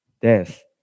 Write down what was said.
death